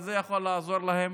זה יכול לעזור להם